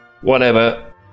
Whatever